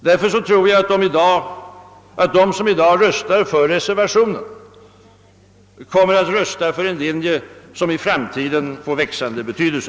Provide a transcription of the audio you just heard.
Därför tror jag att de som i dag röstar för reservationen även röstar för en linje som i framtiden får växande betydelse.